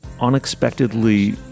unexpectedly